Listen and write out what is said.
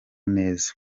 neza